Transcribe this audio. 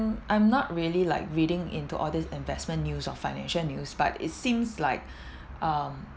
I'm not really like reading into all these investment news of financial news but it seems like um